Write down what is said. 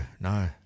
No